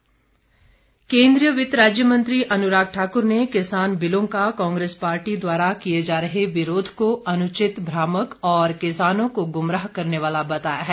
अनुराग ठाकुर केन्द्रीय वित्त राज्य मंत्री अनुराग ठाकुर ने किसान बिलों का कांग्रेस पार्टी द्वारा किए जा रहे विरोध को अनुचित भ्रामक और किसानों को गुमराह करने वाला बताया है